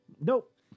Nope